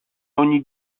ogni